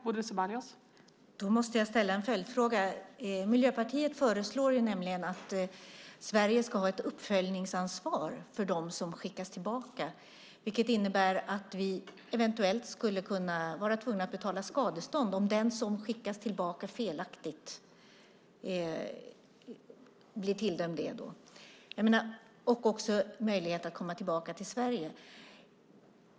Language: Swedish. Fru talman! Då måste jag ställa en följdfråga. Miljöpartiet föreslår nämligen att Sverige ska ha ett uppföljningsansvar för dem som skickas tillbaka, vilket innebär att vi eventuellt skulle bli tvungna att betala skadestånd för den som skickas tillbaka felaktigt. Dessutom ska personen ha möjlighet att komma tillbaka till Sverige.